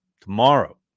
tomorrow